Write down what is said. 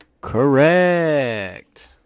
Correct